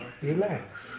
Relax